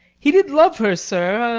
he did love her, sir,